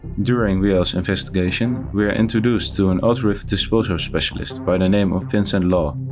during re-l's investigation, we are introduced to an autoreiv disposal specialist by the name of vincent law.